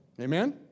Amen